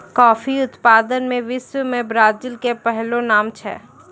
coffee उत्पादन मॅ विश्व मॅ ब्राजील के पहलो नाम छै